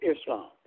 Islam